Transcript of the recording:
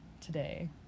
today